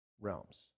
realms